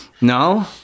No